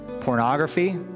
Pornography